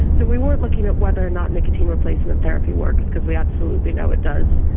so we weren't looking at whether or not nicotine replacement therapy works because we absolutely know it does,